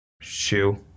Shoe